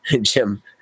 Jim